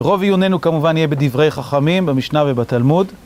רוב עיוננו כמובן יהיה בדברי חכמים במשנה ובתלמוד.